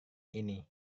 ini